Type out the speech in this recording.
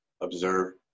observe